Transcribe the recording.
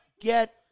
Get